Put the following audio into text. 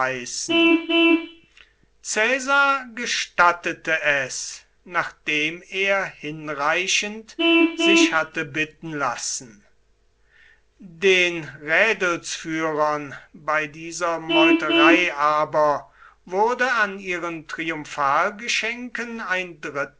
caesar gestattete es nachdem er hinreichend sich hatte bitten lassen den rädelsführern bei dieser meuterei aber wurde an ihren triumphalgeschenken ein